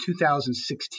2016